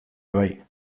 bai